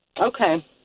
Okay